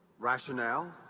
rationale